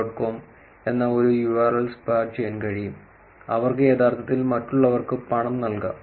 com എന്ന ഒരു URL squat ചെയ്യാൻ കഴിയും അവർക്ക് യഥാർത്ഥത്തിൽ മറ്റുള്ളവർക്ക് പണം നൽകാം